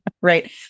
right